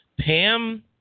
Pam